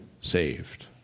saved